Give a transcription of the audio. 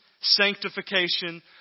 sanctification